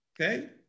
Okay